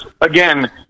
again